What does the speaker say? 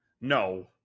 No